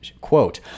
Quote